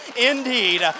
indeed